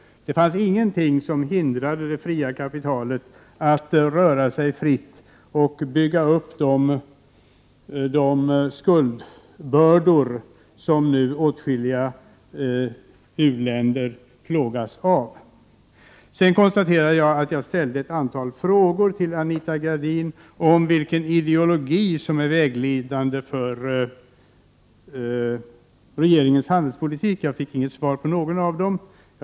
Det fanns ingenting som hindrade det fria kapitalet att röra sig fritt eller som hindrade en uppbyggnad av skuldbördor i åtskilliga av de u-länder som nu plågas. Jag ställde ett antal frågor till Anita Gradin om vilken ideologi som är vägledande för regeringens handelspolitik. Men jag har inte fått svar på någon av mina frågor.